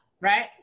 Right